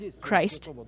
Christ